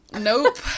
Nope